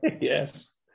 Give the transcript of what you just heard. Yes